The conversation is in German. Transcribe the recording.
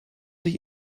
sich